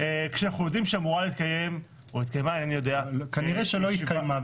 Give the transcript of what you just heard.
כשאנחנו יודעים שאמורה להתקיים או התקיימה -- כנראה שלא התקיימה.